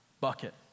bucket